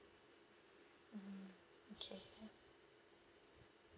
mm okay